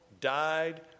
Died